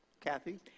Kathy